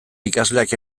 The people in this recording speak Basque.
ikasleak